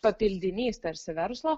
papildinys tarsi verslo